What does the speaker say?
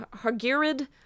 Hargirid